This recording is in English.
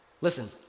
Listen